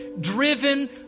driven